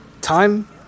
Time